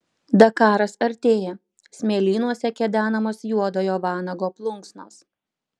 dakaras artėja smėlynuose kedenamos juodojo vanago plunksnos